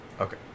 Okay